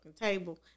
table